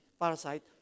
parasite